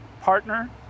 partner